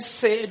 say